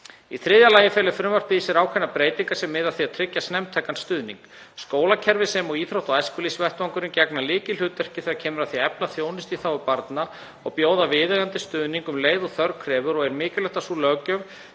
Í þriðja lagi felur frumvarpið í sér ákveðnar breytingar sem miða að því að tryggja snemmtækan stuðning. Skólakerfið sem og íþrótta- og æskulýðsvettvangurinn gegna lykilhlutverki þegar kemur að því að efla þjónustu í þágu barna og bjóða viðeigandi stuðning um leið og þörf krefur og er mikilvægt að sú löggjöf